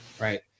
right